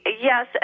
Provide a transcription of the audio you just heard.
Yes